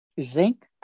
zinc